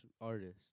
artist